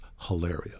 hilarious